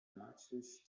maciuś